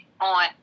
on